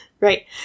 Right